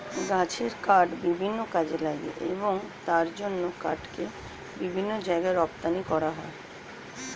গাছের কাঠ বিভিন্ন কাজে লাগে এবং তার জন্য কাঠকে বিভিন্ন জায়গায় রপ্তানি করা হয়